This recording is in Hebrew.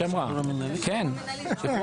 זה השחרור